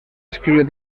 escriure